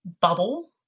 bubble